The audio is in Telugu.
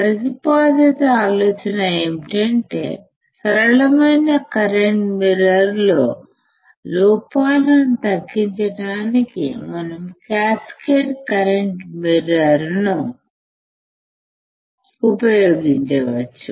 ప్రతిపాదిత ఆలోచన ఏమిటంటే సరళమైన కరెంట్ మిర్రర్ లో లోపాలను తగ్గించడానికి మనం క్యాస్కేడ్ కరెంట్ మిర్రర్నుఉపయోగించవచ్చు